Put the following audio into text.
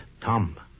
Tom